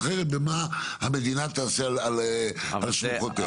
אחרת במה שהמדינה על שלוחותיה תעשה.